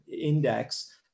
index